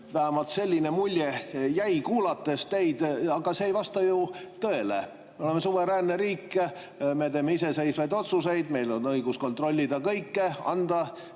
Vähemalt selline mulje jäi, kuulates teid. Aga see ei vasta ju tõele. Me oleme suveräänne riik, me teeme iseseisvaid otsuseid, meil on õigus kontrollida kõike, anda